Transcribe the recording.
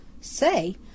Say